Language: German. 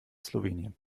slowenien